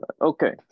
Okay